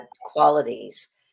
qualities